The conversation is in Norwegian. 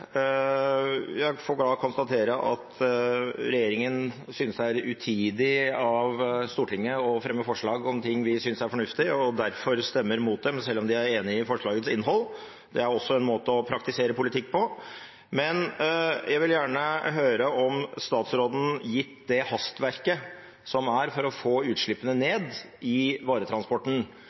Jeg får da konstatere at regjeringen synes det er utidig av Stortinget å fremme forslag om ting vi synes er fornuftig, og derfor stemmer mot dem, selv om de er enige i forslagets innhold. Det er også en måte å praktisere politikk på. Men jeg vil gjerne høre om statsråden, gitt det hastverket som er for å få utslippene ned i varetransporten,